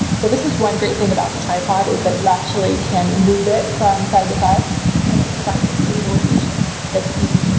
so this is one great thing about the tripod is that you actually can move it from side to side and it provides a stabilization that's easy for